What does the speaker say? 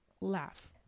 laugh